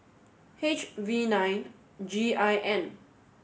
H V nine G I N